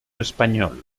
español